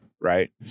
Right